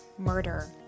murder